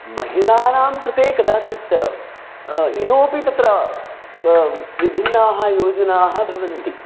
महिलानां कृते कदाचित् इतोपि तत्र विभिन्नाः योजनाः भवन्ति